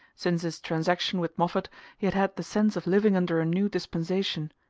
since his transaction with moffatt he had had the sense of living under a new dispensation.